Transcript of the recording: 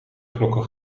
knokke